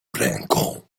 ręką